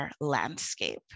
landscape